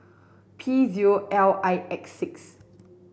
P zero L I X six